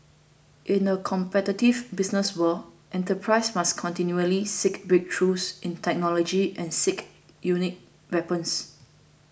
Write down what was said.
in a competitive business world enterprises must continually seek breakthroughs in technology and seek unique weapons